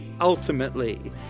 ultimately